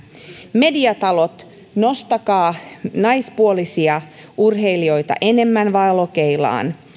mediatalot nostakaa naispuolisia urheilijoita enemmän valokeilaan